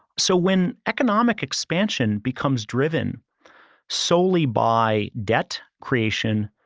so when economic expansion becomes driven solely by debt creation,